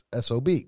SOB